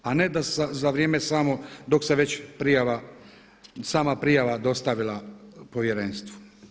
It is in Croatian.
A ne da za vrijeme samo dok se već prijava sama prijava dostavila povjerenstvu.